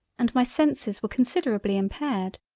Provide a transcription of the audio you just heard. and my senses were considerably impaired.